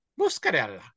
Muscarella